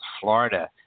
Florida